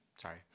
sorry